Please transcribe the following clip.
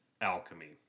alchemy